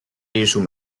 艺术